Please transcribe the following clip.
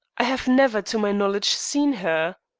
i have never, to my knowledge, seen her.